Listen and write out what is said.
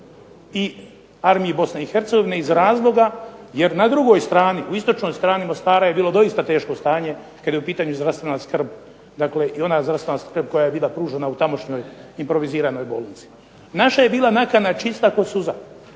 I armiji Bosne i Hercegovine iz razloga jer na drugoj strani, u istočnoj strani Mostara je bilo zaista teško stanje kada je u pitanju zdravstvena skrb i ona zdravstvena skrb koja je bila pružena u tamošnjoj improviziranoj bolnici. Naša je bila nakana čista kao suza.